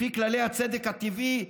לפי כללי הצדק הטבעי,